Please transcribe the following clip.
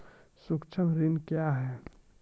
सुक्ष्म ऋण क्या हैं?